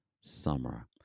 summer